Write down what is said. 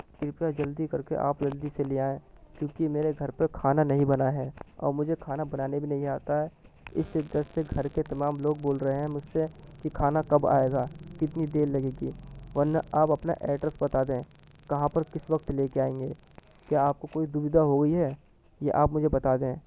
کرپیا جلدی کر کے آپ جلدی سے لے آئیں کیوں کہ میرے گھر پہ کھانا نہیں بنا ہے اور مجھے کھانا بنانے بھی نہیں آتا ہے اس شدت سے گھر کے تمام لوگ بول رہے ہیں مجھ سے کہ کھانا کب آئے گا کتنی دیر لگے گی ورنہ آپ اپنا ایڈریس بتا دیں کہاں پر کس وقت لے کے آئیں گے کیا آپ کو کوئی دویدھا ہو گئی ہے یا آپ مجھے بتا دیں